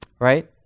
right